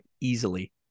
easily